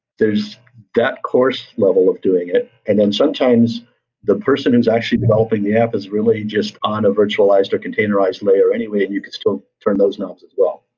there's that course level of doing it and then sometimes the person who's actually developing the app is really just on a virtualized, or containerized layer. anyway, and you can still turn those knobs as well.